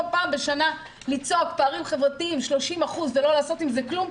פעם בשנה לצעוק פערים חברתיים 30% ולא לעשות עם זה כלום,